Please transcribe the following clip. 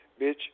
Bitch